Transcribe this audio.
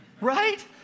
right